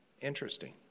Interesting